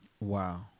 Wow